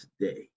today